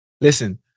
listen